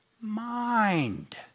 mind